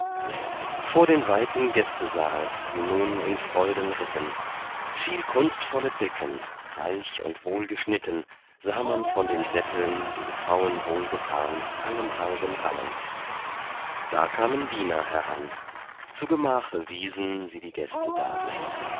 vor den weiten gästesaal sie nun in freuden ritten viel kunstvolle decken reich und wohlgeschnitten sah man von den sätteln den frauen wohlgetan allenthalben hangen da kamen diener heran zu gemache wiesen sie die gäste da